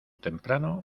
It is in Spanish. temprano